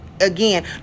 again